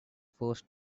forced